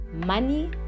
money